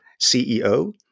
CEO